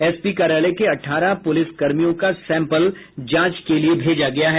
SP कार्यालय के अठारह पुलिस कर्मियों का सैंपल जांच के लिये भेजा गया है